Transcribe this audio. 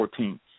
2014